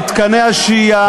מתקני השהייה,